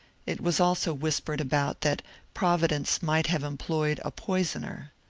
it was also whispered about that providence might have employed a poisoner.